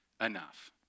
enough